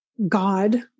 God